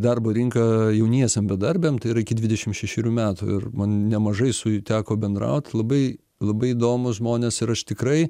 darbo rinką jauniesiem bedarbiam tai yra iki dvidešim šešerių metų ir man nemažai su teko bendraut labai labai įdomūs žmonės ir aš tikrai